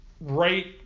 right